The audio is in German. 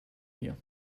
mir